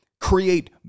create